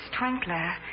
Twinkler